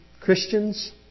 Christians